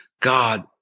God